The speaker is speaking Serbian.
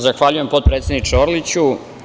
Zahvaljujem, potpredsedniče Orliću.